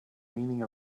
meaning